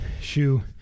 shoe